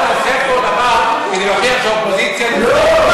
אתה רוצה לעשות דבר שיוכיח שהאופוזיציה, לא.